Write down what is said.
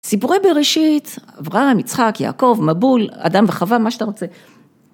סיפורי בראשית, אברהם, יצחק, יעקב, מבול, אדם וחווה, מה שאתה רוצה.